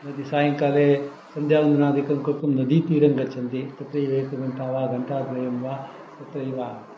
यदि सायङ्काले सन्ध्यावन्दनादिकङ्कर्तुं नदीतीरं गच्छन्ति तत्र एकघण्टा वा घण्टाद्वयं वा तत्रैव